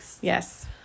yes